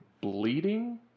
bleeding